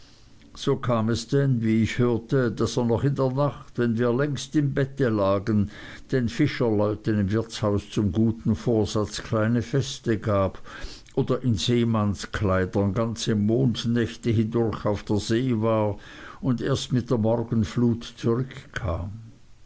so kam es denn wie ich hörte daß er noch in der nacht wenn wir längst im bette lagen den fischerleuten im wirtshaus zum guten vorsatz kleine feste gab oder in seemannskleidern ganze mondnächte hindurch auf der see war und erst mit der morgenflut zurückkam